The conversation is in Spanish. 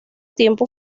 tiempo